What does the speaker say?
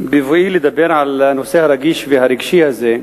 בבואי לדבר על הנושא הרגיש והרגשי הזה,